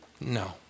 No